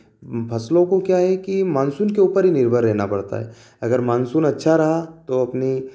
फ़सलों को क्या है कि मानसून के ऊपर ही निर्भर रहना पड़ता है अगर मानसून अच्छा रहा तो अपने